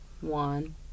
one